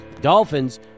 Dolphins